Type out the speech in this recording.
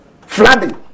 Flooding